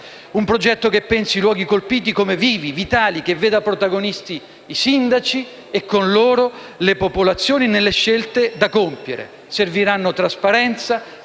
un progetto che pensi i luoghi colpiti come vivi e vitali e che veda protagonisti i sindaci, con loro le popolazioni, nelle scelte da compiere. Serviranno trasparenza,